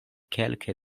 kelke